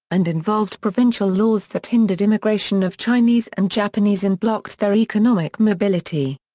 and involved provincial laws that hindered immigration of chinese and japanese and blocked their economic mobility.